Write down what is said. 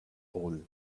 all